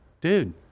dude